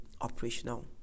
operational